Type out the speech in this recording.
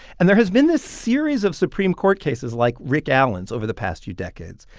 and there has been this series of supreme court cases like rick allen's over the past few decades,